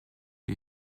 que